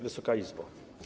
Wysoka Izbo!